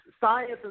Science